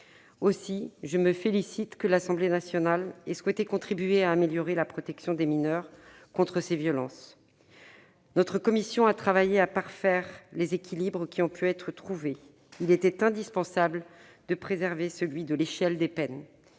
Aussi, je me félicite que l'Assemblée nationale ait souhaité contribuer à améliorer la protection des mineurs contre ces violences. Notre commission a travaillé à parfaire les équilibres qui ont pu être trouvés : il était indispensable de préserver celui de l'échelle des peines